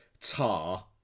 Tar